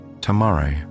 Tomorrow